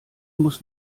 muss